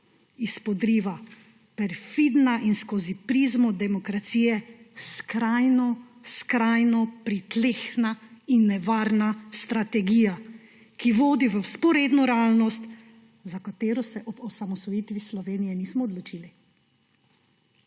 izpodriva perfidna in skozi prizmo demokracije skrajno, skrajno pritlehna in nevarna strategija, ki vodi v vzporedno realnost, za katero se ob osamosvojitvi Slovenije nismo odločili.